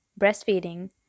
breastfeeding